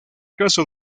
caso